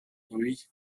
oui